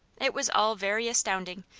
it was all very astounding,